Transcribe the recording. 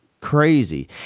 crazy